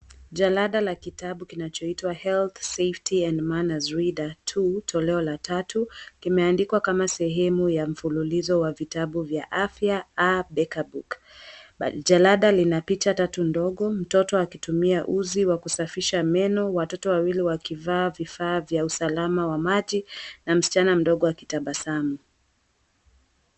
Jalada la kitabu kinachoitwa Health, Safety and Manners Reader 2 toleo la tatu kimeandikwa kama sehemu ya mfululizo wa vitabu vya afya A Beka Book. Jalada lina picha tatu ndogo, mtoto akitumia uzi wa kusafisha meno, watoto wawili wakivaa vifaa vya usalama wa maji na msichana mdogo akitabasamu.